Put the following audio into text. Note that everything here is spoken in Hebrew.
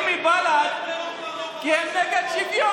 תומך טרור, הם מפחדים מבל"ד כי הם נגד שוויון.